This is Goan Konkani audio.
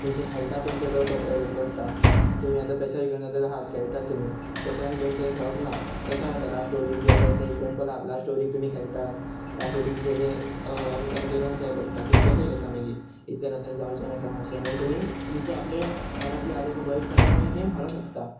तुमच्या हेल्थाक तुमचे बरें हे पडटा तुमी आतां प्रेशर घेवन आतां आसात खेळटात तुमी प्रेशरान घेवन थंय खेळप ना प्रेशर आतां लास्ट ओवरीक बी आत अशे एक्साम्प्ल आहात लास्ट ओवरीक तुमी खेळटात लास्ट ओवरीक इतले अमकमे रन जाय पडटा तुमी प्रेशर घेता मागीर इतले नसं जावचेंन् खेपं अशें मागीर तुमी तुमचो आपले मनांतले आसा तुकां भंय दिसान तुमी गेम हरो शकता